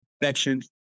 infection